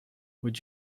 would